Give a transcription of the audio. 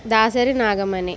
Dasari Nagamani